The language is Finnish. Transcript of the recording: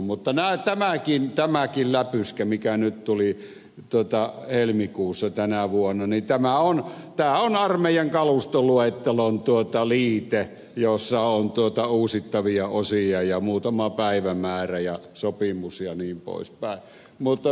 mutta tämäkin läpyskä mikä tuli helmikuussa tänä vuonna on armeijan kalustoluettelon liite jossa on uusittavia osia ja muutama päivämäärä ja sopimus jnp